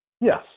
Yes